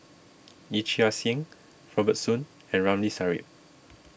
Yee Chia Hsing Robert Soon and Ramli Sarip